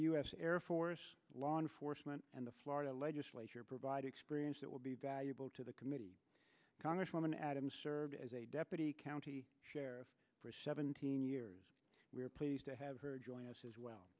s air force law enforcement and the florida legislature provide experience that will be valuable to the committee congresswoman adams served as a deputy county sheriff for seventeen years we are pleased to have her join us as well